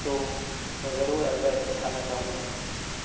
تو میں ضرور البیک سے کھانا چاہوں گا